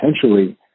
potentially